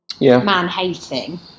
man-hating